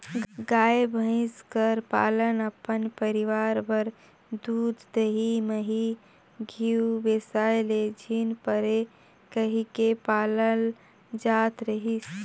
गाय, भंइस कर पालन अपन परिवार बर दूद, दही, मही, घींव बेसाए ले झिन परे कहिके पालल जात रहिस